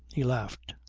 he laughed.